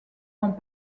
vont